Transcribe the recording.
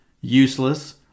useless